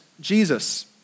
Jesus